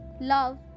love